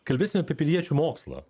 kalbėsime apie piliečių mokslą